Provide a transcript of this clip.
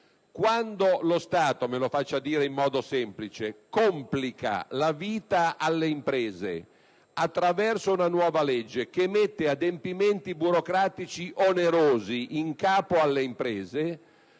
quando lo Stato - me lo faccia dire in modo semplice - complica la vita alle imprese attraverso una nuova legge che impone adempimenti burocratici onerosi in capo alle imprese,